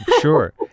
sure